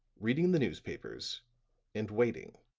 reading the newspapers and waiting.